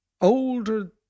older